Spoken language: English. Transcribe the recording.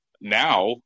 Now